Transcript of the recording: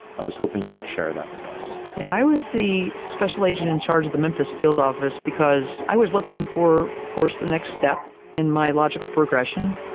i was hoping you might share that with us. yeah, i was the special agent in charge of the memphis field office because i was looking for course, the next step in my logical progression.